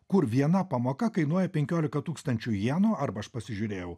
kur viena pamoka kainuoja penkiolika tūkstančių jenų arba aš pasižiūrėjau